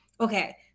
Okay